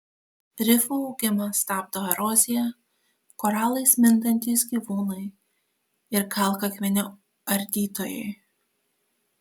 rifų augimą stabdo erozija koralais mintantys gyvūnai ir kalkakmenio ardytojai